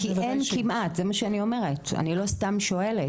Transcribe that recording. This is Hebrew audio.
כי אין כמעט, זה מה שאני אומרת, אני לא סתם שואלת.